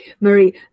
marie